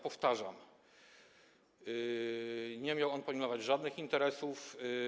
Powtarzam, nie miał on pilnować żadnych interesów.